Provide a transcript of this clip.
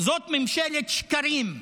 זאת ממשלת שקרים,